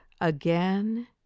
again